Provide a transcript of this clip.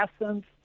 essence